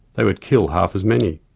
they would kill half as many.